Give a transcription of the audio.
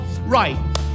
Right